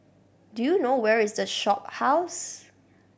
do you know where is The Shophouse